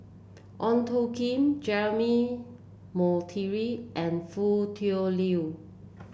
Ong Tjoe Kim Jeremy Monteiro and Foo Tui Liew